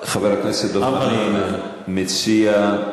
מה אדוני מציע?